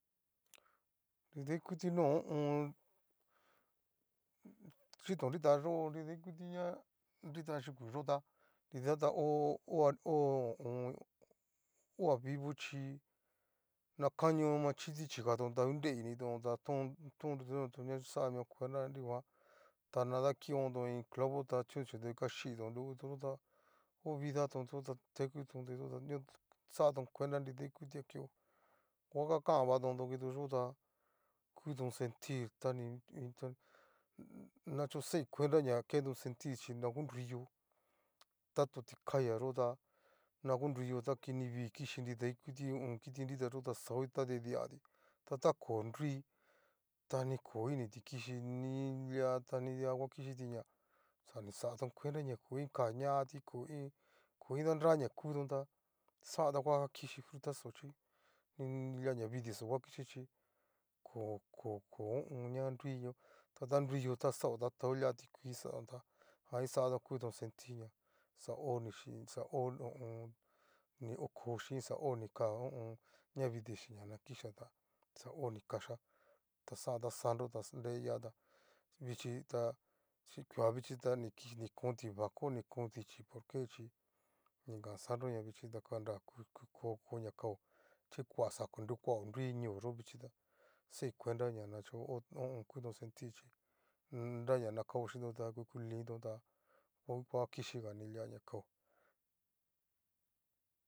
Nridaikuiti no'o ho o on. chitón nrita yo'o nridaikuti ña nrita yukuyota nridata ho oha o ho o on. oha vivo chí, nakanio machiti chikatón ta ngu reinitón ta ton ton nrutenoto nunguan xamio kuenta nunguan ta na dakioto iin clavo ta chonto ngu a xiton luegoni kitoxo ta ho vidatón kitoxo ta tekuton kitoxo ta xaáton kuenta nridaikutia keo, ngua a kangatón tu kitoyoya kuton sentir ta ninrita nachuxai cuenta ña keton sentir chí ña onruiyo ta to tikaya yóta an konriyó ta kinivii kichí nida ikuti ho o on. kiti nru itaxó tá diadiatí xaoti ta diati, ta ta ko nrui ta ni ko kiti kishi níi dia ta ni dia vakichitiña xanixatón kuenta ña koiin kañati koin koindanra ñakuta xajan ta va kichí frutaxo chí ni lia navidii va kixhí, ko- ko- ko ho o on. ña nruiyo ta ta nruiyo ta xao ta tao lia tikuii xaton ta njan ixatón kuton sentir ña xao ni chín xaho ho o on. ni oko chín xa o nika ho o on. ñavidii chí ña na kichá tá xao ni kachá, xajan ta sandro ta nreiata vichí tá kua vichí ta ni kon tibako ni con dichí y por que chí ni kan santo na vichi xanrá pus ko ko ña kao chisa kuao kuao nrui ñooyota, xai cuenta ña ho o on. kuton sentirchí nraña na kao chínton ta ngu ku linto tá ngu va kixhigaña kao.